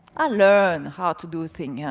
i learn how to do things,